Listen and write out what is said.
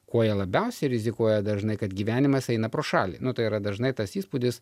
kuo jie labiausiai rizikuoja dažnai kad gyvenimas eina pro šalį nu tai yra dažnai tas įspūdis